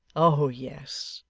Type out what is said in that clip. oh, yes.